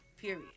Period